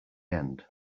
end